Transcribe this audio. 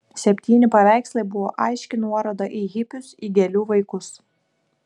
septyni paveikslai buvo aiški nuoroda į hipius į gėlių vaikus